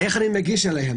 איך אני מגיש אליהם?